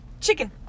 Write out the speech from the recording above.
Chicken